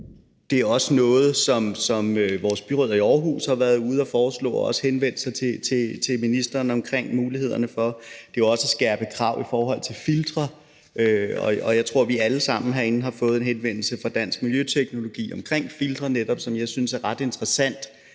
Det er også noget, som vores byrødder i Aarhus har været ude at foreslå, og som de også har henvendt sig til ministeren omkring mulighederne for. Det er jo også at skærpe kravene i forhold til filtre, og jeg tror, at vi alle sammen herinde har fået en henvendelse fra Dansk Miljøteknologi omkring filtre, og der synes jeg netop, det er ret interessant,